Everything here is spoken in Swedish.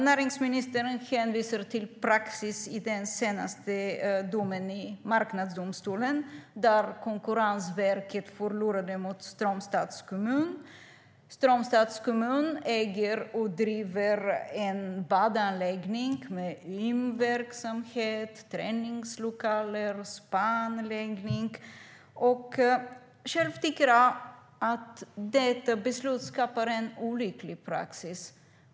Näringsministern hänvisar till praxis i den senaste domen i Marknadsdomstolen, där Konkurrensverket förlorade mot Strömstads kommun. Strömstads kommun äger och driver en badanläggning med gymverksamhet, träningslokaler och en spaanläggning. Själv tycker jag att detta beslut skapar en olycklig praxis.